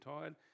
tired